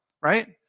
right